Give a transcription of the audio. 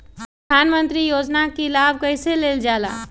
प्रधानमंत्री योजना कि लाभ कइसे लेलजाला?